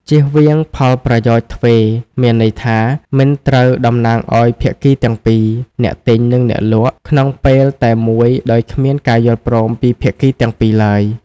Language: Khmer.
ជៀសវាងផលប្រយោជន៍ទ្វេរ មានន័យថា មិនត្រូវតំណាងឲ្យភាគីទាំងពីរ អ្នកទិញ និងអ្នកលក់ ក្នុងពេលតែមួយដោយគ្មានការយល់ព្រមពីភាគីទាំងពីរឡើយ។